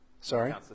Sorry